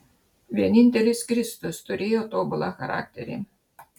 vienintelis kristus turėjo tobulą charakterį